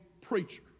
preacher